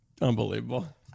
Unbelievable